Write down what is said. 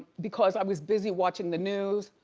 because i was busy watching the news.